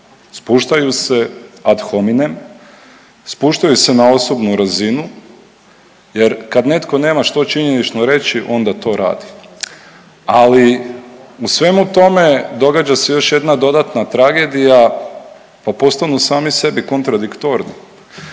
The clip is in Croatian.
Spuštaju se ad hominem, spuštaju se na osobnu razinu jer kad netko nema što činjenično reći, onda to radi, ali u svemu tome događa se još jedna dodatna tragedija pa postanu sami sebi kontradiktorni